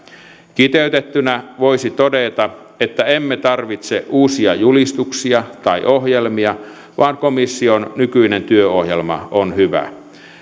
kiteytettynä voisi todeta että emme tarvitse uusia julistuksia tai ohjelmia vaan komission nykyinen työohjelma on hyvä